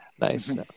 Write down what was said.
Nice